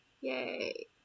Yay